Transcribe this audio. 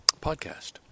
podcast